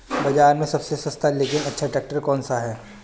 बाज़ार में सबसे सस्ता लेकिन अच्छा ट्रैक्टर कौनसा है?